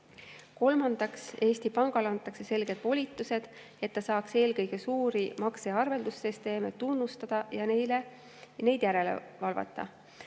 Kolmandaks, Eesti Pangale antakse selged volitused, et ta saaks eelkõige suuri makse‑ ja arveldussüsteeme tunnustada ja nende järele valvata,